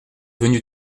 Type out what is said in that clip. venu